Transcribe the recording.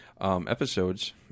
episodes